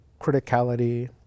criticality